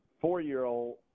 four-year-old